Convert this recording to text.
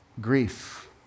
Grief